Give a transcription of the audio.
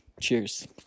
cheers